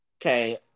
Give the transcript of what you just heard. Okay